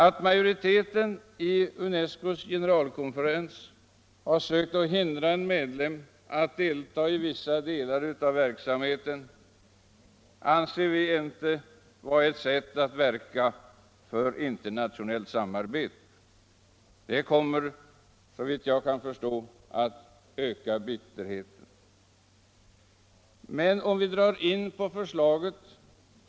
Att majoriteten vid UNESCO:s generalkonferens har sökt hindra en medlem att delta i vissa delar av verksamheten anser vi inte vara ett sätt att verka för internationellt samarbete. Det kommer såvitt jag kan förstå att öka bitterheten.